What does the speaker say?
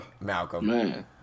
Malcolm